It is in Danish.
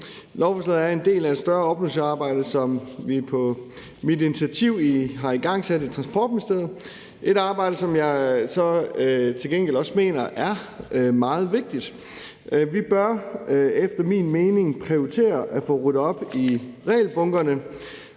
Lovforslaget er en del af et større oprydningsarbejde, som vi på mit initiativ har igangsat i Transportministeriet. Det er et arbejde, som jeg også mener er meget vigtigt. Vi bør efter min mening prioritere at få ryddet op i regelbunkerne.